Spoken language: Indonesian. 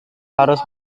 harus